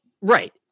right